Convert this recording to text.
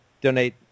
donate